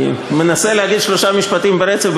אני מנסה להגיד שלושה משפטים ברצף,